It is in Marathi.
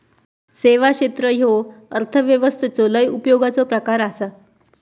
सेवा क्षेत्र ह्यो अर्थव्यवस्थेचो लय उपयोगाचो प्रकार आसा